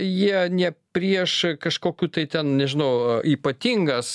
jie nie prieš kažkokių tai ten nežinau ypatingas